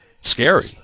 Scary